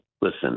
listen